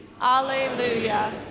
Alleluia